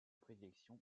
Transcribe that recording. prédilection